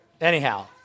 anyhow